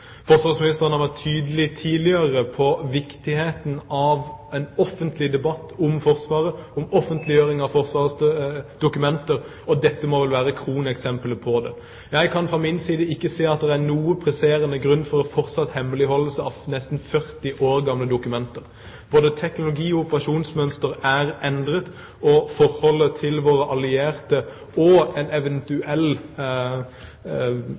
Forsvarsministeren har tidligere vært tydelig på viktigheten av en offentlig debatt om Forsvaret, om offentliggjøring av Forsvarets dokumenter, og dette må vel være kroneksemplet på det. Jeg kan fra min side ikke se at det er noen presserende grunn til å fortsette hemmeligholdelse av nesten 40 år gamle dokumenter. Både teknologi og operasjonsmønster er endret, og forholdet til våre allierte og en